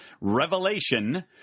revelation